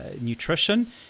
nutrition